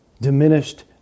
diminished